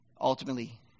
ultimately